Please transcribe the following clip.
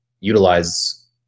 utilize